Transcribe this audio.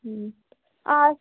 ಹ್ಞೂ ಆ